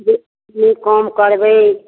जे जे कम करबै